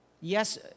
Yes